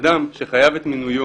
אדם שחייב את מינויו